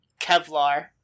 Kevlar